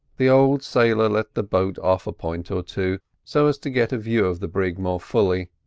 the old sailor let the boat off a point or two, so as to get a view of the brig more fully